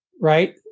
Right